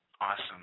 awesome